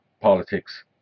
politics